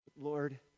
Lord